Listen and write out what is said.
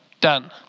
done